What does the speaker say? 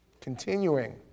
Continuing